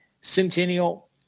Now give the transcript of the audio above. Centennial